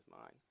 mind